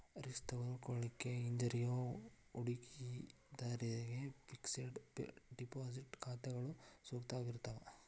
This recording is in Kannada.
ರಿಸ್ಕ್ ತೆಗೆದುಕೊಳ್ಳಿಕ್ಕೆ ಹಿಂಜರಿಯೋ ಹೂಡಿಕಿದಾರ್ರಿಗೆ ಫಿಕ್ಸೆಡ್ ಡೆಪಾಸಿಟ್ ಖಾತಾಗಳು ಸೂಕ್ತವಾಗಿರ್ತಾವ